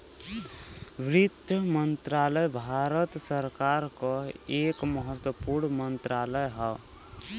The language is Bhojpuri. वित्त मंत्रालय भारत सरकार क एक महत्वपूर्ण मंत्रालय हौ